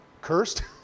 cursed